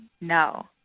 No